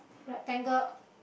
rectangle